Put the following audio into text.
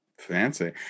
fancy